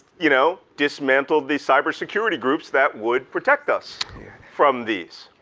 you know, dismantled the cybersecurity groups that would protect us from these.